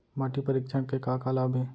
माटी परीक्षण के का का लाभ हे?